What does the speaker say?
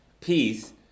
peace